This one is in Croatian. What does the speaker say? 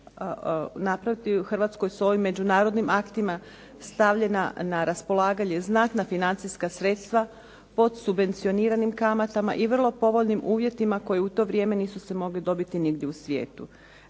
Hrvatskoj su ovim međunarodnim aktima stavljena na raspolaganje znatna financijska sredstva pod subvencioniranim kamatama i vrlo povoljnim uvjetima koji u tom vrijeme nisu se mogli dobiti nigdje u svijetu.